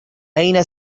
أين